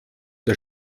der